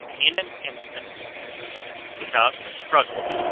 in an instant and without a struggle,